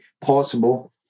possible